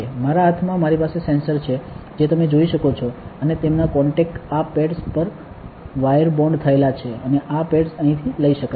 મારા હાથમાં મારી પાસે સેન્સર છે જે તમે જોઈ શકો છો અને તેમના કોન્ટેક આ પેડ્સ પર વાયર બોન્ડ થયેલા છે અને આ પેડ્સ અહીંથી લઈ શકાય છે